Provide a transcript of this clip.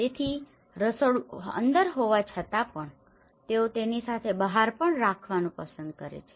તેથી અંદર રસોડું હોવા છતાં પણ તેઓ તેની સાથે બહાર પણ રાખવાનું પસંદ કરે છે